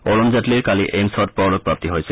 অৰুণ জেটলীৰ কালি এইমছত পৰলোকপ্ৰাপ্তি ঘটিছিল